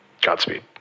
Godspeed